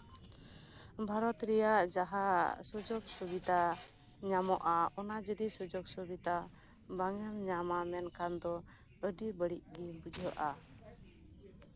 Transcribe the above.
ᱵᱷᱟᱨᱚᱛ ᱨᱮᱭᱟᱜ ᱡᱟᱦᱟᱸ ᱥᱩᱡᱳᱜᱽ ᱥᱩᱵᱤᱫᱷᱟ ᱧᱟᱢᱚᱜᱼᱟ ᱚᱱᱟ ᱡᱚᱫᱤ ᱥᱩᱡᱳᱜᱽ ᱥᱩᱵᱤᱫᱷᱟ ᱵᱟᱢ ᱧᱟᱢᱟ ᱢᱮᱱᱠᱷᱟᱱ ᱫᱚ ᱟᱹᱰᱤ ᱵᱟᱹᱲᱤᱡ ᱜᱮ ᱵᱩᱡᱷᱟᱹᱜᱼᱟ